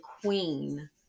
queen